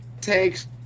takes